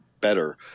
better